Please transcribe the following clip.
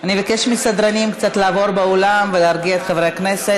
אני אבקש מהסדרנים קצת לעבור באולם ולהרגיע את חברי הכנסת,